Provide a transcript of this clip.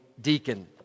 deacon